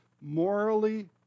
morally